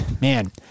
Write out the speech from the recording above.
Man